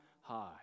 high